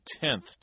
tenth